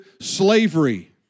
slavery